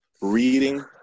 reading